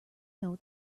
know